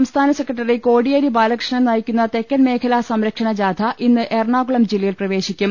സംസ്ഥാന സെക്രട്ടറി കോടിയേരി ബാലകൃഷ്ണൻ നയിക്കുന്ന തെക്കൻ മേഖലാ സംരക്ഷണ ജാഥ ഇന്ന് എറണാകുളം ജില്ല യിൽ പ്രവേശിക്കും